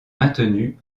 maintenue